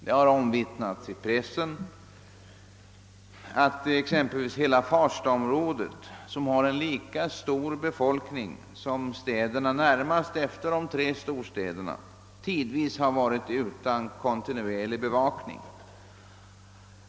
Såsom omvittnats i pressen har det exempelvis hänt att hela Farstaområdet, som har en lika stor befolkning som de städer som kommer närmast efter de tre storstäderna, tidvis varit utan kontinuerlig bevakning.